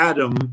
Adam